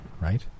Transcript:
right